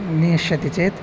नेष्यति चेत्